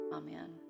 amen